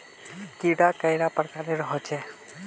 कीट कैडा पर प्रकारेर होचे?